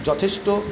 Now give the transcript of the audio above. যথেষ্ট